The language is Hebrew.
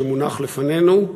שמונח לפנינו,